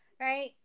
right